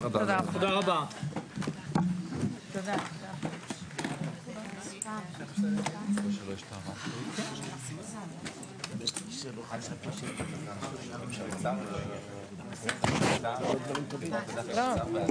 הישיבה ננעלה בשעה 11:01.